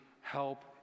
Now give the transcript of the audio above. help